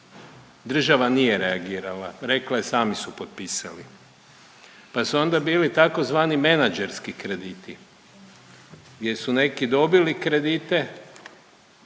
Država nije reagirala. Rekla je sami su potpisali. Pa su onda bili tzv. menadžerski krediti, jer su neki dobili kredite,